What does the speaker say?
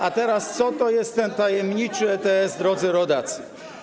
A teraz: Co to jest ten tajemniczy ETS, drodzy rodacy?